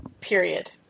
period